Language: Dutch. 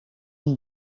een